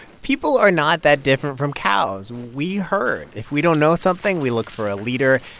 people are not that different from cows. we heard. if we don't know something, we look for a leader,